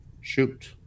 shoot